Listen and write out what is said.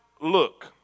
look